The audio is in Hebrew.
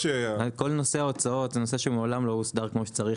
כל נושא ההוצאות מעולם לא הוסדר כמו שצריך.